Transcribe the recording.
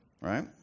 right